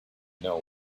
know